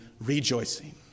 rejoicing